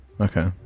Okay